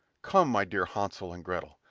come, my dear hansel and gretel!